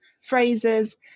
phrases